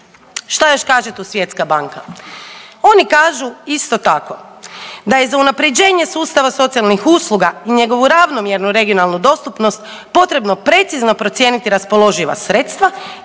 Šta još kaže tu Svjetska banka? Oni kažu isto tako, da je za unaprijeđene sustava socijalnih usluga i njegovu ravnomjernu regionalnu dostupnost potrebno precizno procijeniti raspoloživa sredstva